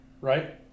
Right